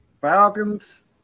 Falcons